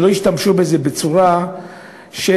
שלא ישתמשו בזה בצורה של,